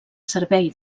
servei